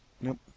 Nope